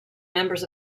members